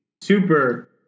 Super